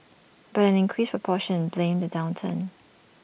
but an increasing proportion blamed the downturn